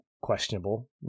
questionable